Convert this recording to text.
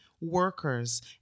workers